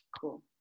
Cool